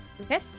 Okay